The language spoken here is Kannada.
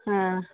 ಹಾಂ